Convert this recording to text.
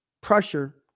pressure